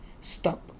stop